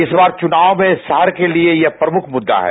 इस बार के चुनाव में शहर के लिए यह प्रमुख मुद्दा है